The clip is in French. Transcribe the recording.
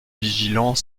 vigilant